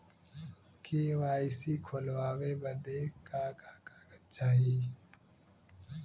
KYC खोलवावे बदे का का कागज चाही?